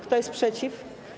Kto jest przeciw?